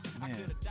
man